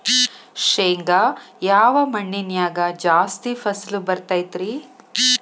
ಶೇಂಗಾ ಯಾವ ಮಣ್ಣಿನ್ಯಾಗ ಜಾಸ್ತಿ ಫಸಲು ಬರತೈತ್ರಿ?